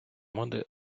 моди